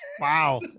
Wow